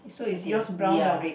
are they ya